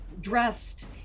dressed